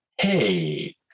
hey